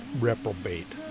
reprobate